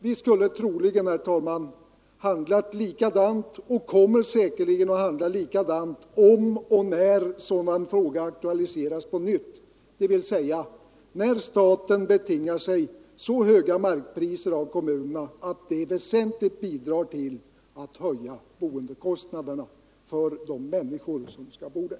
Vi skulle troligen, herr talman, ha handlat likadant, och kommer säkerligen att handla likadant, om och när en sådan här fråga aktualiseras på nytt — dvs. när staten betingar sig så höga markpriser av kommunerna att det väsentligt bidrar till att höja boendekostnaderna för de människor som skall bo där.